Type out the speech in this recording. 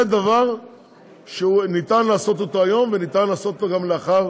זה דבר שניתן לעשות היום ויהיה אפשר לעשות גם לאחר